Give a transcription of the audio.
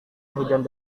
hujan